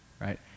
right